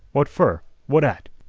what fer? what at?